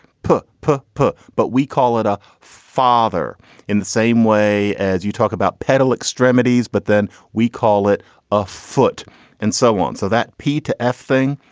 push, push, push. but we call it a father in the same way as you talk about pedal extremities. but then we call it a foot and so on. so that p to f thing.